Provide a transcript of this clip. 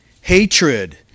Hatred